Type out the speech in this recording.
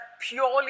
purely